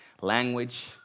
language